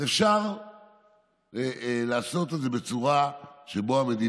אז אפשר לעשות את זה בצורה שהמדינה,